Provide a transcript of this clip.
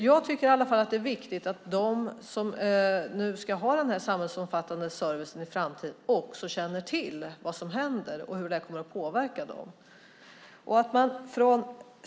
Jag tycker i alla fall att det är viktigt att de som ska ha den här samhällsomfattande servicen i framtiden också känner till vad som händer och hur det kommer att påverka dem.